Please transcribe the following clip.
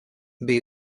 bei